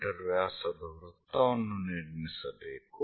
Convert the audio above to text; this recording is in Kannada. ಮೀ ವ್ಯಾಸದ ವೃತ್ತವನ್ನು ನಿರ್ಮಿಸಬೇಕು